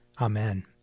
Amen